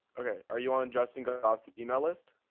okay are you on adjusting off the email list?